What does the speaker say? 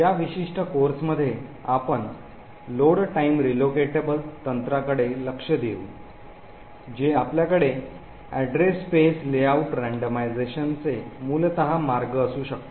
या विशिष्ट कोर्समध्ये आपण लोड टाईम रीलोकेटेबल तंत्राकडे लक्ष देऊ जे आपल्याकडे अॅड्रेस स्पेस लेआउट रँडमाइझेशनचे मूलतः मार्ग असू शकते